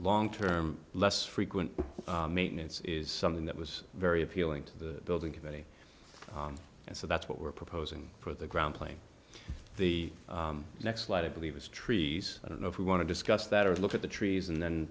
long term less frequent maintenance is something that was very appealing to the building committee and so that's what we're proposing for the ground plane the next flight i believe is trees i don't know if you want to discuss that or look at the trees and t